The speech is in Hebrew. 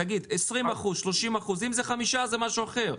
תגיד 20%, 30%. אם זה 5% זה משהו אחר.